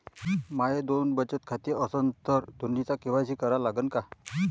माये दोन बचत खाते असन तर दोन्हीचा के.वाय.सी करा लागन का?